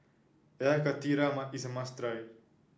Air Karthira is a must try